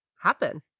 happen